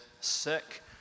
sick